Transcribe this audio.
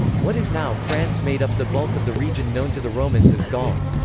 what is now france made up the bulk of the region known to the romans as gaul.